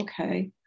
okay